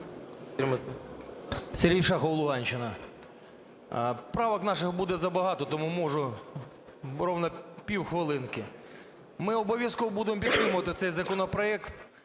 Сергій Шахов, Луганщина. Правок наших буде забагато. Тому можу ровно півхвилинки. Ми обов'язково будемо підтримувати цей законопроект.